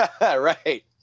Right